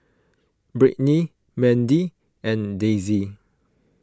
Brittney Mandie and Daisie